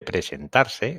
presentarse